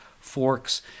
forks